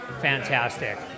fantastic